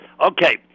Okay